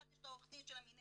אחד יש את עורך הדין של המינהלת